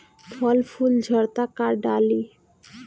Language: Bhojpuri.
फल फूल झड़ता का डाली?